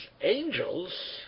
angels